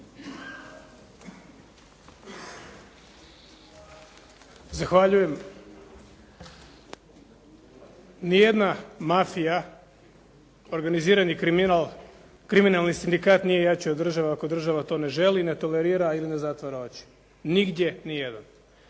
Zahvaljujem. Ni jedna mafija, organizirani kriminal, kriminalni sindikat nije jači od države ako država to ne želi, ne tolerira ili ne zatvara oči. Nigdje ni jedan.